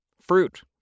fruit